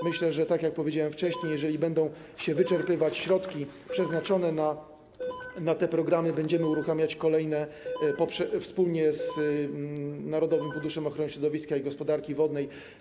Myślę, jak powiedziałem wcześniej, że jeżeli będą się wyczerpywać środki przeznaczone na te programy, będziemy uruchamiać kolejne, wspólnie z Narodowym Funduszem Ochrony Środowiska i Gospodarki Wodnej.